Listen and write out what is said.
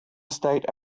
estate